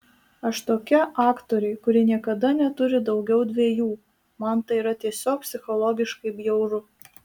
aš tokia aktorė kuri niekada neturi daugiau dviejų man tai yra tiesiog psichologiškai bjauru